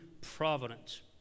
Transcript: providence